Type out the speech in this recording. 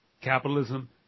capitalism